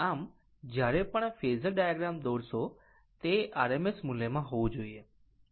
આમ જ્યારે પણ ફેઝર ડાયાગ્રામ દોરશે તે RMS મૂલ્યમાં હોવું જોઈએ